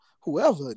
whoever